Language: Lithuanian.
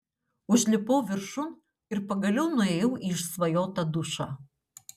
užlipau viršun ir pagaliau nuėjau į išsvajotą dušą